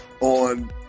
on